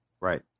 Right